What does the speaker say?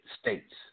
States